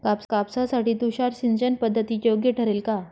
कापसासाठी तुषार सिंचनपद्धती योग्य ठरेल का?